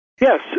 Yes